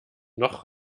noch